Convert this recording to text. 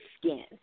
skin